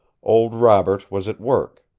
old robert was at work.